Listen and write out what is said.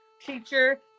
teacher